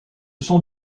sont